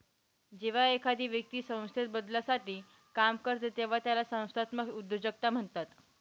जेव्हा एखादी व्यक्ती संस्थेत बदलासाठी काम करते तेव्हा त्याला संस्थात्मक उद्योजकता म्हणतात